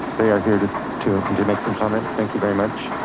they are here to to and make some comments. thank you very much.